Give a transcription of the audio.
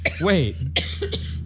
Wait